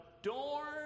adorn